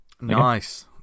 Nice